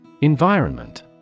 Environment